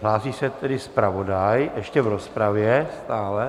Hlásí se tedy zpravodaj, ještě v rozpravě stále.